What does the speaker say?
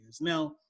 Now